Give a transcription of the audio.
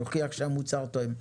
הוא יוכיח שהמוצר תואם,